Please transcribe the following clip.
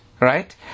Right